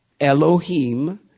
Elohim